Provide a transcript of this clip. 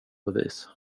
bevis